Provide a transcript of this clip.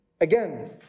Again